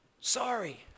sorry